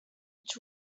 which